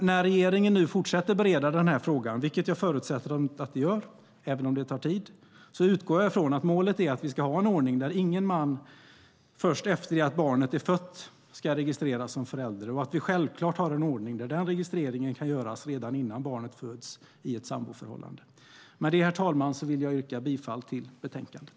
När regeringen nu fortsätter bereda den här frågan, vilket jag förutsätter att den gör även om det tar tid, utgår jag från att målet är att vi ska ha en ordning där ingen man först efter det att barnet är fött ska registreras som förälder och att vi självklart har en ordning där den registreringen kan göras redan innan barnet föds i ett samboförhållande. Med det, herr talman, vill jag yrka bifall förslaget i betänkandet.